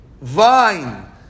vine